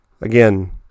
Again